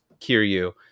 Kiryu